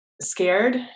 scared